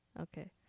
Okay